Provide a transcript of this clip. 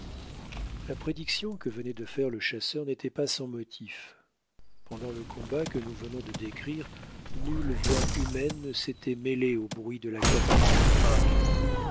la prédiction que venait de faire le chasseur n'était pas sans motif pendant le combat que nous venons de décrire nulle voix humaine ne s'était mêlée au bruit de la cataracte